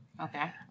Okay